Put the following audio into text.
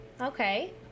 Okay